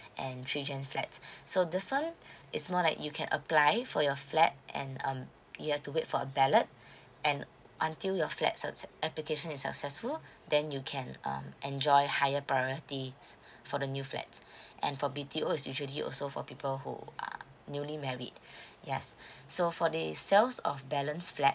and three gen flat so this one it's more like you can apply for your flat and um you have to wait for a ballot and until your flats certs application is successful then you can um enjoy higher priorities for the new flats and for B_T_O is usually also for people who are newly married yes so for this sales of balance flat